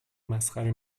مسخره